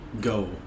go